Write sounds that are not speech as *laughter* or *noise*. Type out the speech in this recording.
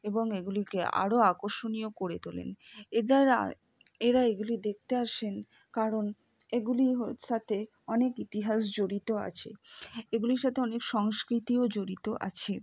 এবং এগুলিকে আরো আকর্ষণীয় করে তোলেন এরা এগুলি দেখতে আসেন কারণ এগুলির *unintelligible* সাথে অনেক ইতিহাস জড়িত আছে এগুলির সাথে অনেক সংস্কৃতিও জড়িত আছে